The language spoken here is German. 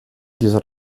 dieser